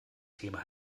thema